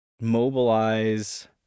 mobilize